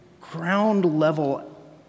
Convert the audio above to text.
ground-level